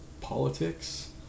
politics